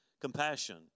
compassion